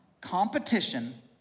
competition